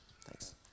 thanks